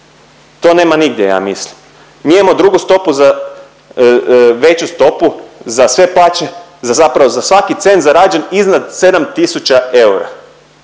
to nema nigdje ja mislim. Mi imamo drugu stopu za, veću stopu za sve plaće zapravo za svaki cent zarađen iznad 7 tisuća eura.